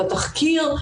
התחקיר,